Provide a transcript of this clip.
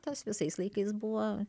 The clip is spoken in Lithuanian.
tas visais laikais buvo